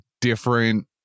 different